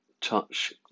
touch